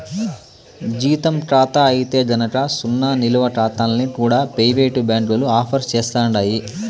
జీతం కాతా అయితే గనక సున్నా నిలవ కాతాల్ని కూడా పెయివేటు బ్యాంకులు ఆఫర్ సేస్తండాయి